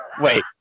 Wait